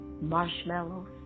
marshmallows